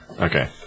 Okay